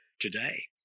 today